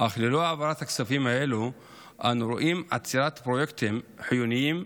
אך ללא העברת הכספים האלו אנו רואים עצירת פרויקטים חיוניים,